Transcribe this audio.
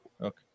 Okay